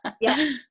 yes